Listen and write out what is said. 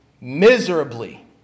miserably